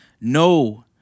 No